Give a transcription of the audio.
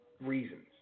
reasons